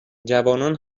جوانان